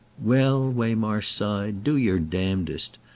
well, waymarsh sighed, do your damnedest!